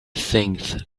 things